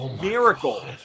miracle